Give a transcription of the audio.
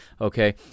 Okay